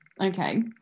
Okay